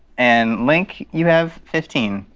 and link, you have fifteen.